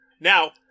Now